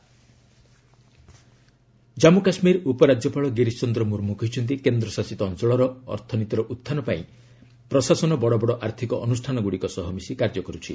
JK LG Jammu Kashmir ଉପରାଜ୍ୟପାଳ ଗିରିଶ ଚନ୍ଦ୍ର ମୁର୍ମୁ କହିଛନ୍ତି କେନ୍ଦ୍ରଶାସିତ ଅଞ୍ଚଳର ଅର୍ଥନୀତିର ଉତ୍ଥାନ ପାଇଁ ପ୍ରଶାସନ ବଡ଼ବଡ଼ ଆର୍ଥିକ ଅନୁଷ୍ଠାନଗୁଡ଼ିକ ସହ ମିଶି କାର୍ଯ୍ୟ କରୁଛି